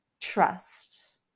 Trust